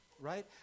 right